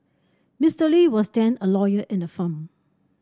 Mister Lee was then a lawyer in the firm